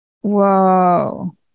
Whoa